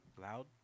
Loud